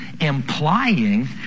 implying